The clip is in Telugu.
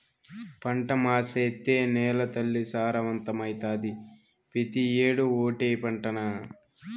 పంట మార్సేత్తే నేలతల్లి సారవంతమైతాది, పెతీ ఏడూ ఓటే పంటనా